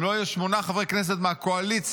אם לא יהיו שמונה חברי כנסת מהקואליציה